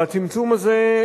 והצמצום הזה,